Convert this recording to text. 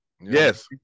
Yes